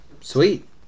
Sweet